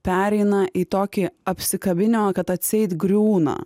pereina į tokį apsikabinimą kad atseit griūna